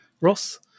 Ross